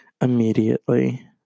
immediately